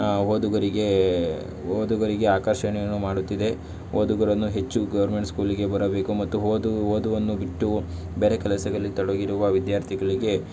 ಓದುಗರಿಗೆ ಓದುಗರಿಗೆ ಆಕರ್ಷಣೆಯನ್ನು ಮಾಡುತ್ತಿದೆ ಓದುಗರನ್ನು ಹೆಚ್ಚು ಗೌರ್ಮೆಂಟ್ ಸ್ಕೂಲಿಗೆ ಬರಬೇಕು ಮತ್ತು ಓದು ಓದನ್ನು ಬಿಟ್ಟು ಬೇರೆ ಕೆಲಸದಲ್ಲಿ ತೊಡಗಿರುವ ವಿದ್ಯಾರ್ಥಿಗಳಿಗೆ